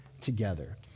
together